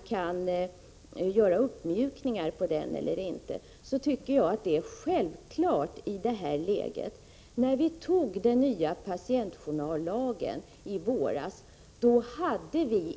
1985/86:33 tientjournallagen tycker jag att det är självklart i detta läge. När vi antogden 21 november 1985 nya patientjournallagen i våras levde vi